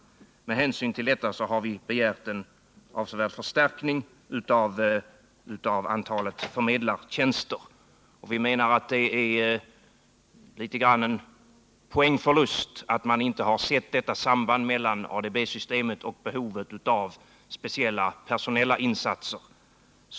Med hänsyn till detta har vi begärt en avsevärd utökning av antalet förmedlartjänster. Vi menar att det är något av en poängförlust att man inte har sett detta samband mellan ADB-systemet och behovet av speciella personella insatser.